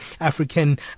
African